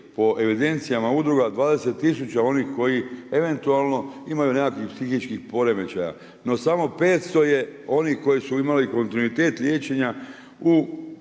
po evidencijama udruga 20 tisuća onih koji eventualno imaju nekakvih psihičkih poremećaja no samo 500 je onih koji su imali kontinuitet liječenja u